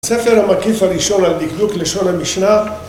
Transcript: הספר המקיף הראשון על דקדוק לשון המשנה